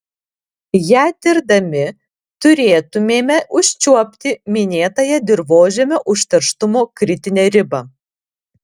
ją tirdami turėtumėme užčiuopti minėtąją dirvožemio užterštumo kritinę ribą